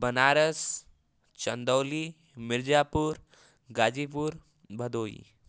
Banaras Chandauli Mirzapur Ghazipur Bhadohi